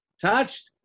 touched